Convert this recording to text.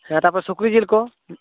ᱦᱮᱸ ᱛᱟᱨᱯᱚᱨᱮ ᱥᱩᱠᱨᱤ ᱡᱤᱞ ᱠᱚ